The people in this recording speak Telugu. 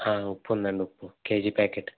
ఉప్పు ఉందండి ఉప్పు కేజీ ప్యాకెట్